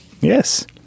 Yes